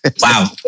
Wow